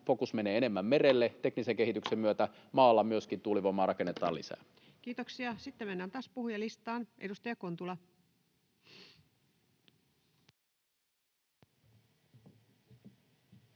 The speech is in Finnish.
Fokus menee enemmän merelle teknisen kehityksen myötä. Myöskin maalla tuulivoimaa rakennetaan lisää. Kiitoksia. — Sitten mennään taas puhujalistaan. — Edustaja Kontula.